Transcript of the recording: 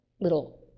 little